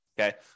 Okay